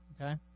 Okay